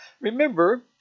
Remember